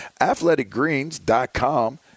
athleticgreens.com